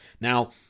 Now